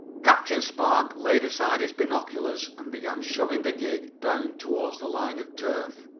captain spark laid aside his binoculars and began shoving the gig down toward the line of surf.